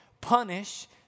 punish